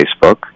Facebook